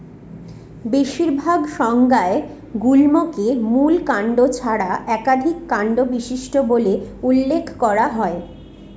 বেশিরভাগ সংজ্ঞায় গুল্মকে মূল কাণ্ড ছাড়া একাধিক কাণ্ড বিশিষ্ট বলে উল্লেখ করা হয়